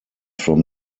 from